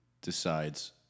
decides